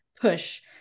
push